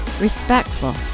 respectful